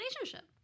relationship